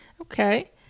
okay